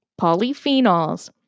Polyphenols